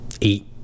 eight